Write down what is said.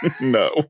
No